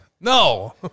No